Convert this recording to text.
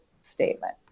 statement